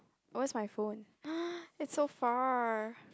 where's my phone !huh! it's so far